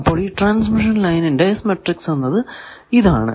അപ്പോൾ ഈ ട്രാൻസ്മിഷൻ ലൈനിന്റെ S മാട്രിക്സ് എന്നത് ഇതാണ്